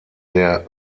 der